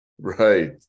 Right